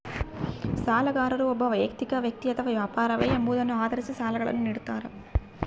ಸಾಲಗಾರರು ಒಬ್ಬ ವೈಯಕ್ತಿಕ ವ್ಯಕ್ತಿ ಅಥವಾ ವ್ಯಾಪಾರವೇ ಎಂಬುದನ್ನು ಆಧರಿಸಿ ಸಾಲಗಳನ್ನುನಿಡ್ತಾರ